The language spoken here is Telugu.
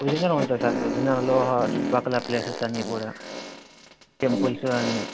విజయనగరం అంతా సార్ విజయనగరంలో చుట్టుపక్కల ప్లేసెస్ అన్నీ కూడా టెంపుల్స్ అన్నీ